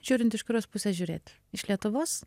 žiūrint iš kurios pusės žiūrėti iš lietuvos